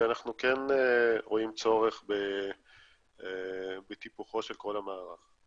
שאנחנו כן רואים צורך בטיפוחו של כל המערך.